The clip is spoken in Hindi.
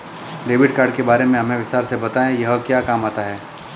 डेबिट कार्ड के बारे में हमें विस्तार से बताएं यह क्या काम आता है?